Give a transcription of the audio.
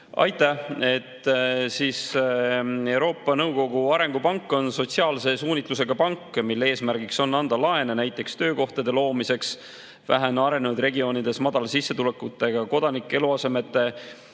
Aitäh! Euroopa Nõukogu Arengupank on sotsiaalse suunitlusega pank, mille eesmärk on anda laene näiteks töökohtade loomiseks, vähem arenenud regioonides madala sissetulekuga kodanike eluasemete